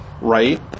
right